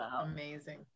Amazing